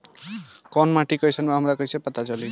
कोउन माटी कई सन बा हमरा कई से पता चली?